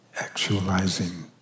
actualizing